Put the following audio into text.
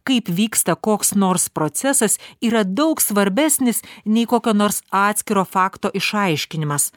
kaip vyksta koks nors procesas yra daug svarbesnis nei kokio nors atskiro fakto išaiškinimas